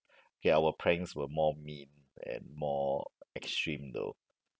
okay our pranks were more mean and more extreme though